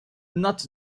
not